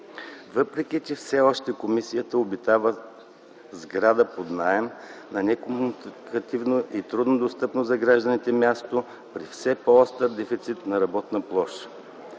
въпреки че все още комисията обитава сграда под наем на некомуникативно и трудно достъпно за гражданите място при все по-остър дефицит на работна площ.